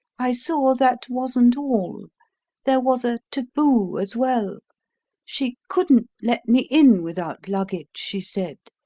i saw that wasn't all there was a taboo as well she couldn't let me in without luggage, she said,